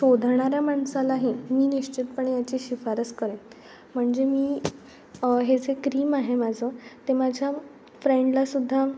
शोधणाऱ्या माणसालाही मी निश्चितपणे याची शिफारस करेल म्हणजे मी हे जे क्रीम आहे माझं ते माझ्या फ्रेंडलासुद्धा